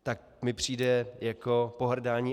Tak mi přijde jako pohrdání.